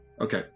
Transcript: Okay